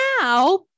Now